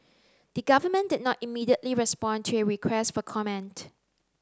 the government did not immediately respond to a request for comment